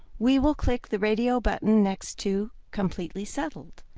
we will click the radio button next to completely settled,